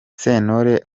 sentore